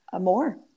more